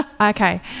Okay